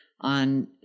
on